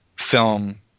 film